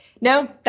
No